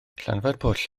llanfairpwll